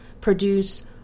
produce